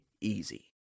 easy